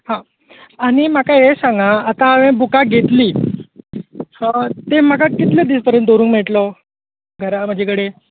हां आनी म्हाका हें सांग आतां हांवें बुकां घेतलीं सो तें म्हाका कितलो दीस मेरेन दवरूंक मेयटलो घरा म्हजे कडेन